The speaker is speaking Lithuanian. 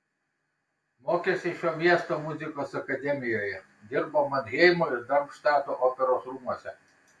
mokėsi šio miesto muzikos akademijoje dirbo manheimo ir darmštato operos rūmuose